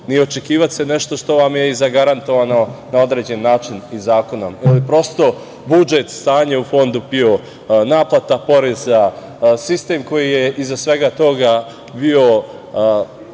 ni očekivati nešto što vam je zagarantovano na određen način i zakonom. Prosto, budžet, stanje u Fondu PIO, naplata poreza, sistem koji je iza svega toga bio